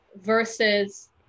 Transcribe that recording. Versus